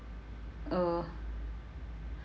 uh